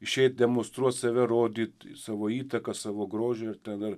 išeiti demonstruoti save rodyti savo įtaką savo grožio ir tada